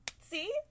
See